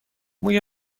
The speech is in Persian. موی